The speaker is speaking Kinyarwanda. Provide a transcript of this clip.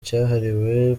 cyahariwe